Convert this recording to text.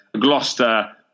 Gloucester